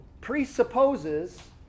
presupposes